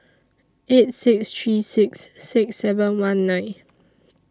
eight six three six six seven one nine